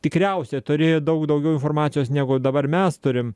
tikriausiai turėjo daug daugiau informacijos negu dabar mes turim